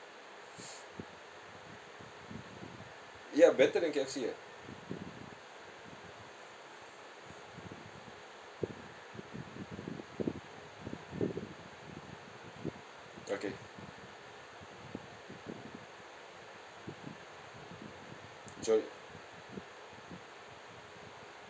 ya better than K_F_C ah okay jo~